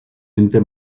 ente